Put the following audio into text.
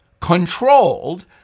controlled